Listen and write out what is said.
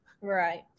Right